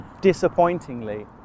Disappointingly